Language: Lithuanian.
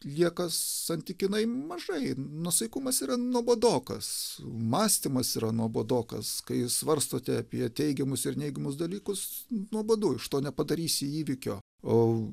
lieka santykinai mažai nuosaikumas yra nuobodokas mąstymas yra nuobodokas kai svarstote apie teigiamus ir neigiamus dalykus nuobodu iš to nepadarysi įvykio o